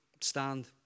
stand